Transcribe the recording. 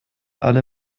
alle